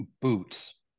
boots